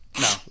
No